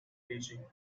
aging